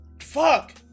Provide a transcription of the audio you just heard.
fuck